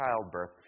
childbirth